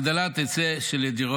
הגדלת היצע של דיור,